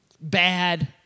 bad